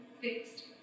fixed